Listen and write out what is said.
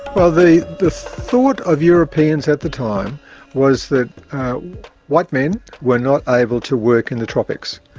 well, the the thought of europeans at the time was that white men were not able to work in the tropics.